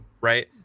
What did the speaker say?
Right